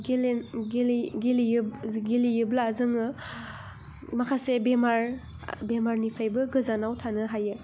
गेलेयोब्ला जोङो माखासे बेमार बेमारनिफ्रायबो गोजानाव थानो हायो